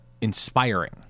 inspiring